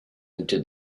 into